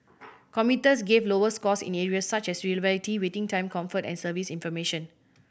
commuters gave lower scores in areas such as reliability waiting time comfort and service information